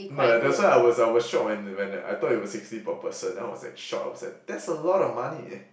no that's why I was I was shock when when I thought it was sixty per person then I was like shock I was like that's a lot of money